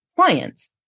clients